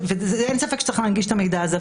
אין ספק שצריך להנגיש את המידע הזה.